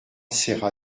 serra